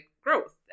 growth